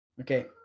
Okay